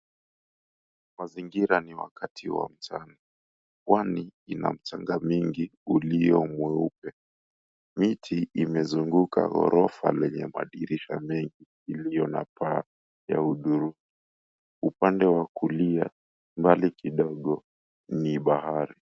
Mazingira ni wakati wa mchana pwani ina mchanga mingi ulio mweupe. Miti imezunguka ghorofa lenye madirisha mengi iliyo na paa ya hudhurungi. Upande wa kulia mbali kidogo ni bahari.